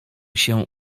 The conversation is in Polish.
się